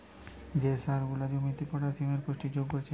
যে সার গুলা জমিতে পটাসিয়ামের পুষ্টি যোগ কোরছে